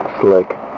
Slick